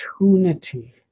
opportunity